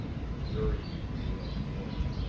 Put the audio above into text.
the fury flew athwart,